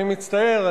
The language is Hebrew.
אני מצטער,